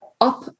up